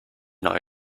neue